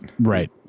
Right